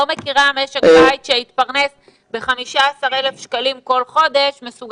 אני לא מכירה משק בית שהתפרנס כל חודש סכום של 15,000